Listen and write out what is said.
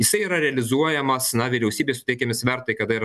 jisai yra realizuojamas na vyriausybės suteikiami svertai kada yra